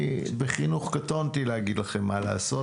אני בחינוך קטונתי להגיד לכם מה לעשות